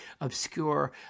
obscure